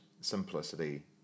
simplicity